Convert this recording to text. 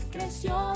Creció